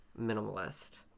minimalist